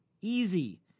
Easy